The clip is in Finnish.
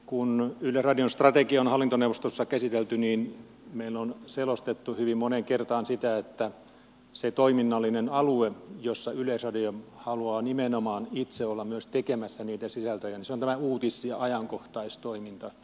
kun yleisradion strategiaa on hallintoneuvostossa käsitelty niin meille on selostettu hyvin moneen kertaan sitä että se toiminnallinen alue jossa yleisradio haluaa nimenomaan itse olla myös tekemässä niitä sisältöjä on uutis ja ajankohtaistoiminta